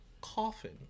coffin